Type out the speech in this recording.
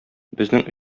безнең